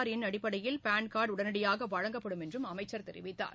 ஆதார் எண் அடிப்படையில் PAN card உடனடியாக வழங்கப்படும் என்றும் அவர் தெரிவித்தார்